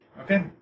Okay